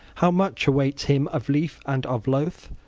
how much awaits him of lief and of loath,